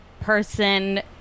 person